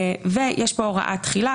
ויש פה הוראת תחילה,